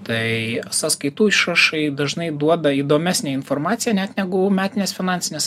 tai sąskaitų išrašai dažnai duoda įdomesnę informaciją net negu metinės finansinės